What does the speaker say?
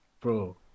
bro